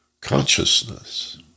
consciousness